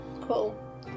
Cool